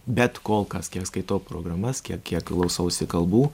bet kol kas skaitau programas kiek kiek klausausi kalbų